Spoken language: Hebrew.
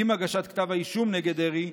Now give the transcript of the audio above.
כי עם הגשת כתב האישום נגד דרעי,